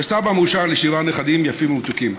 ואני גם סבא מאושר לשבעה נכדים יפים ומתוקים.